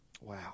Wow